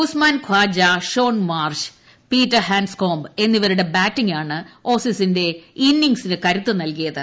Usman Khawaja Shaun Marsh Peter Handscomb എന്നിവരുടെ ബാറ്റിങ്ങാണ് ഓസിസിന്റെ ഇന്നിങ്സിന് കരുത്ത് നൽകിയത്